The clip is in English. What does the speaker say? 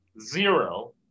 zero